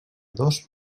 dos